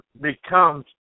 becomes